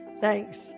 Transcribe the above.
thanks